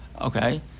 Okay